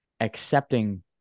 accepting